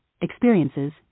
experiences